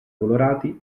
colorati